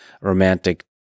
romantic